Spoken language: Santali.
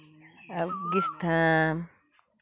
ᱟᱯᱷᱜᱟᱱᱤᱥᱛᱷᱟᱱ